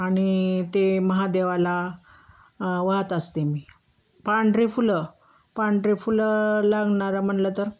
आणि ते महादेवाला वाहत असते मी पांढरे फुलं पांढरे फुलं लागणारं म्हणलं तर